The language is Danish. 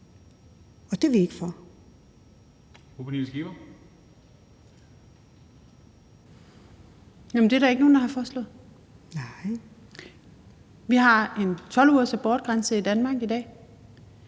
og det er vi ikke for.